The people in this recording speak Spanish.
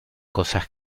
cosas